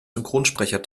synchronsprecher